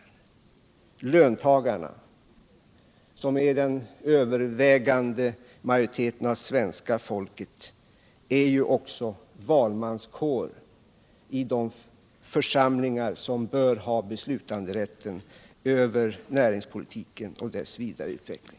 Och löntagarna, som är den övervägande majoriteten av svenska folket, är ju också valmanskår i de församlingar som bör ha beslutanderätten över näringspolitiken och dess vidare utveckling.